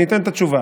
אני אתן את התשובה.